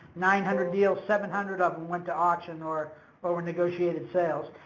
nine hundred deals, seven hundred of them went to auction or or were negotiated sales.